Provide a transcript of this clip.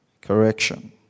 correction